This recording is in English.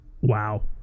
wow